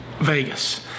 Vegas